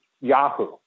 Yahoo